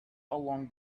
along